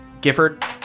Gifford